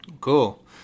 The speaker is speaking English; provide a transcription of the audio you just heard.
Cool